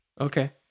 Okay